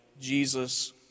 Jesus